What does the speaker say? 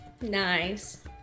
Nice